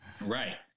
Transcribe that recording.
Right